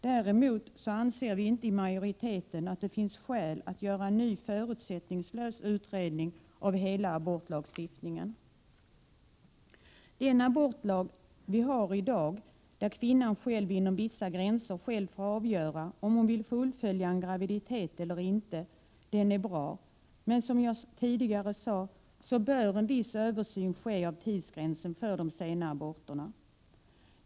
Däremot anser inte utskottets majoritet att det finns skäl att göra en ny förutsättningslös utredning av hela abortlagstiftningen. Den abortlag vi har i dag — där kvinnan själv inom vissa tidsgränser får avgöra om hon vill fullfölja en graviditet eller inte — är bra, men som jag tidigare sade bör en viss översyn ske av tidsgränsen för sena aborter.